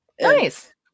Nice